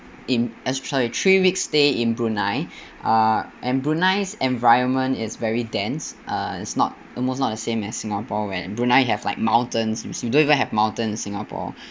in as sorry three weeks' stay in brunei uh and brunei's environment is very dense uh it's not almost not the same as singapore while brunei have like mountains you see we don't even have mountains in singapore